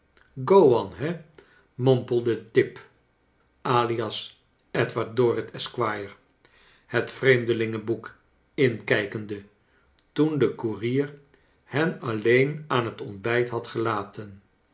mompelde tip alias edward dorrit esquire het vreemdelingenboek inkijkende toen de koerier hen alleen aan het ontbijt had gelaten